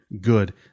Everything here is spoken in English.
good